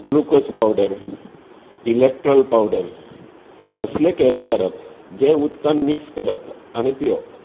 glucose powder Electral powder असले carry करप जे उदकान मिक्स करप आनी पिवोवप